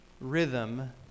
rhythm